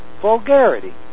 vulgarity